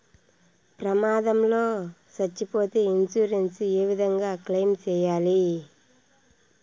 ప్రమాదం లో సచ్చిపోతే ఇన్సూరెన్సు ఏ విధంగా క్లెయిమ్ సేయాలి?